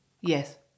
Yes